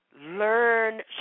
learn